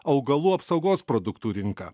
augalų apsaugos produktų rinką